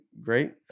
great